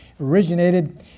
originated